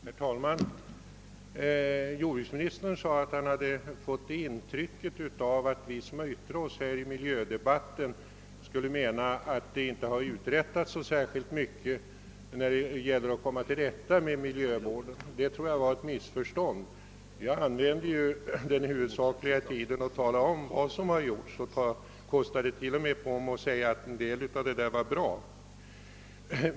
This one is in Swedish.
Herr talman! Jordbruksministern sade att han hade fått det intrycket, att vi som yttrat oss i miljödebatten menar att det inte har uträttats så särskilt mycket på miljövårdsområdet. Det är ett missförstånd. Jag använde tiden huvudsakligen till att redogöra för vad som gjorts och kostade till och med på mig att säga att en del av det som åtgjorts var bra.